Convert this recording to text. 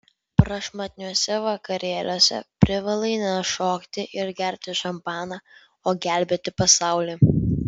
prašmatniuose vakarėliuose privalai ne šokti ir gerti šampaną o gelbėti pasaulį